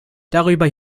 darüber